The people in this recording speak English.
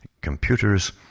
computers